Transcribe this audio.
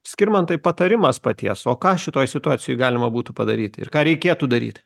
skirmantai patarimas paties o ką šitoj situacijoj galima būtų padaryt ir ką reikėtų daryt